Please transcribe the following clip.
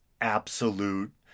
absolute